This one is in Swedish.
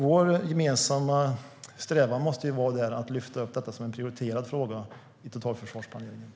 Vår gemensamma strävan måste vara att lyfta upp detta som en prioriterad fråga i totalförsvarsplaneringen.